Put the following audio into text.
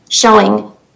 showing